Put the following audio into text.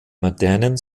modernen